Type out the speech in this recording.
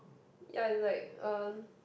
ya it's like uh